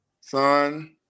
son